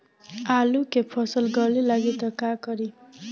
आलू के फ़सल गले लागी त का करी?